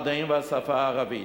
מדעים והשפה הערבית.